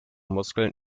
muskeln